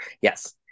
Yes